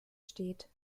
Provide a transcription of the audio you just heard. steht